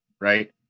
right